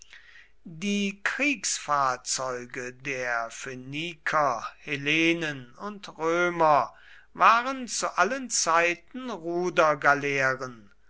die kriegsfahrzeuge der phöniker hellenen und römer waren zu allen zeiten